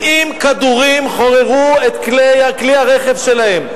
70 כדורים חוררו את כלי הרכב שלהם.